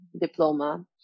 diploma